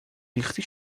ریختی